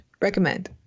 Recommend